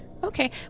Okay